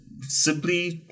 simply